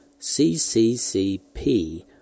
CCCP